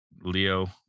Leo